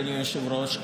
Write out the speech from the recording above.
אדוני היושב-ראש,